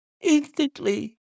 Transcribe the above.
instantly